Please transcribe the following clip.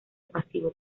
pasivo